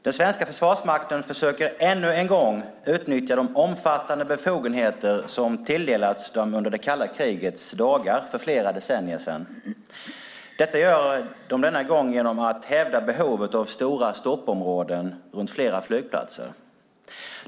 Den svenska Försvarsmakten försöker ännu en gång utnyttja de omfattande befogenheter som tilldelades dem under det kalla krigets dagar, för flera decennier sedan. Detta gör de denna gång genom att hävda behovet av stora stoppområden runt flera flygplatser.